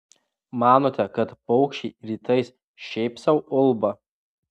manote kad paukščiai rytais šiaip sau ulba